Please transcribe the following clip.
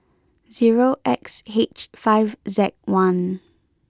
zero X H five Z one